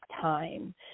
time